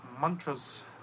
mantras